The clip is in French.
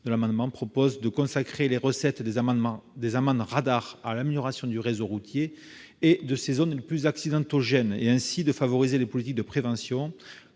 de l'amendement proposent donc de consacrer les recettes des « amendes radars » à l'amélioration du réseau routier et de ses zones les plus accidentogènes. Cela permettra de favoriser les politiques de prévention,